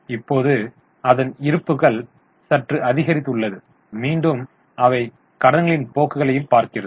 இப்போது அதன் இருப்புக்கள் சற்று அதிகரித்துள்ளது மீண்டும் அவை கடன்களின் போக்குகளைப் பார்க்கிறது